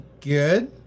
good